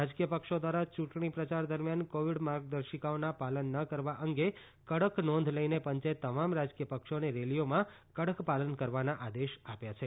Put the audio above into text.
રાજકીય પક્ષો દ્વારા યૂંટણી પ્રચાર દરમિયાન કોવીડ માર્ગદર્શિકાઓના પાલન ન કરવા અંગે કડક નોધ લઈને પંચે તમામ રાજકીય પક્ષોને રેલીઓમાં કડક પાલન કરવાના આદેશ આપ્યા છે